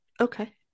Okay